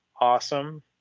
awesome